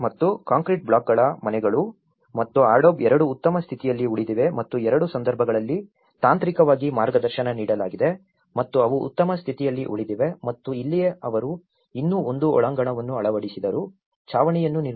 ಮತ್ತು ಕಾಂಕ್ರೀಟ್ ಬ್ಲಾಕ್ಗಳ ಮನೆಗಳು ಮತ್ತು ಅಡೋಬ್ ಎರಡೂ ಉತ್ತಮ ಸ್ಥಿತಿಯಲ್ಲಿ ಉಳಿದಿವೆ ಮತ್ತು ಎರಡೂ ಸಂದರ್ಭಗಳಲ್ಲಿ ತಾಂತ್ರಿಕವಾಗಿ ಮಾರ್ಗದರ್ಶನ ನೀಡಲಾಗಿದೆ ಮತ್ತು ಅವು ಉತ್ತಮ ಸ್ಥಿತಿಯಲ್ಲಿ ಉಳಿದಿವೆ ಮತ್ತು ಇಲ್ಲಿಯೇ ಅವರು ಇನ್ನೂ ಒಂದು ಒಳಾಂಗಣವನ್ನು ಅಳವಡಿಸಿದರು ಛಾವಣಿಯನ್ನು ನಿರ್ಮಿಸಲಾಗಿದೆ